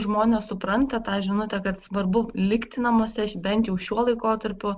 žmonės supranta tą žinutę kad svarbu likti namuose bent jau šiuo laikotarpiu